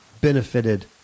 benefited